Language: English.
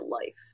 life